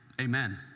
amen